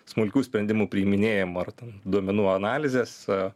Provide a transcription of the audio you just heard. smulkių sprendimų priiminėjimo ar ten duomenų analizės a